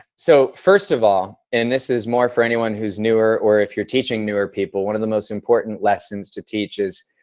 so first of all, and this is more for anyone who's newer or if you're teaching newer people, one of the most important lessons to teach is,